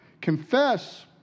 confess